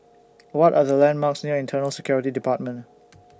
What Are The landmarks near Internal Security department